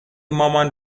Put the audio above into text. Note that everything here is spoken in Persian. مامان